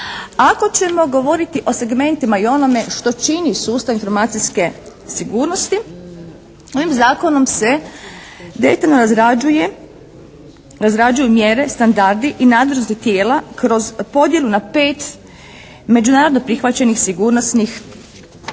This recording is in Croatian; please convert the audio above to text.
Ako ćemo govoriti o segmentima i onome što čini sustav informacijske sigurnosti ovim Zakonom se detaljno razrađuju mjere, standardi i nadležnosti tijela kroz podjelu na 5 međunarodno prihvaćenih sigurnosnih